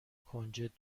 کنجد